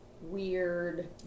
weird